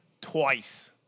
twice